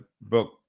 book